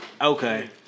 Okay